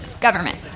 Government